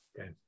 Okay